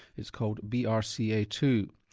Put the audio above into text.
it's called b r c a two.